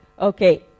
Okay